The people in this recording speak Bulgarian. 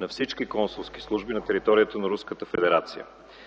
на всички консулски служби на територията на